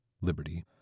liberty